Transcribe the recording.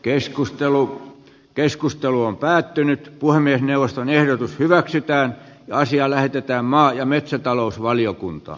keskustelu keskustelu on päättynyt puhemiesneuvoston ehdotus hyväksytään asia lähetetään maa ja parantamiseen